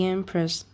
Empress 。